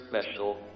special